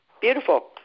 Beautiful